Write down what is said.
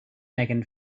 megan